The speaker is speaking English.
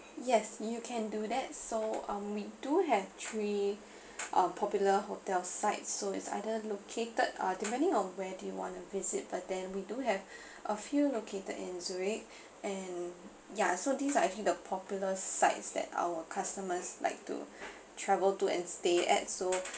yes you can do that so um we do have three uh popular hotel sites so it's either located uh depending on where do you wanna visit but then we do have a few located in zurich and yeah so these are actually the popular sites that our customers like to travel to and stay at so